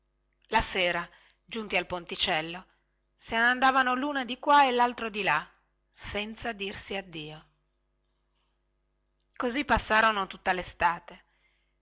la sera giunti al ponticello se ne andavano luno di qua e laltro di là senza dirsi addio così passarono tutta lestate